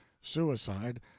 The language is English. suicide—